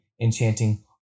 enchanting